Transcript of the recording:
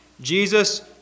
Jesus